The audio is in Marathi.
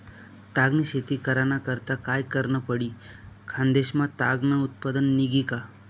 ताग नी शेती कराना करता काय करनं पडी? खान्देश मा ताग नं उत्पन्न निंघी का